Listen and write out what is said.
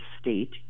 state